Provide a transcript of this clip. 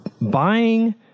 buying